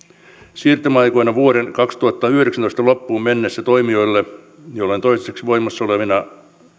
siirtymäaikana vuoden kaksituhattayhdeksäntoista loppuun mennessä toimijoille joilla on toistaiseksi voimassa olevina